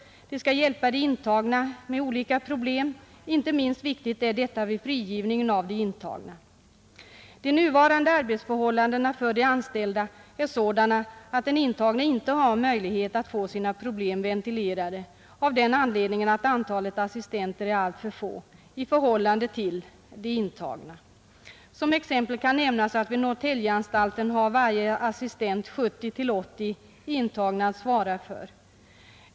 De skall hjälpa de intagna med olika problem; inte minst viktigt är detta vid frigivningen av de intagna. De nuvarande arbetsförhållandena för de anställda är sådana att den intagne inte har möjlighet att få sina problem ventilerade av den anledningen att antalet assistenter är alltför litet i förhållande till de intagna. Som exempel kan nämnas att vid Norrtäljeanstalten har varje assistent 70—80 intagna att svara för.